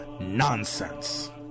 Nonsense